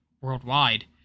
worldwide